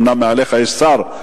אומנם מעליך יש שר,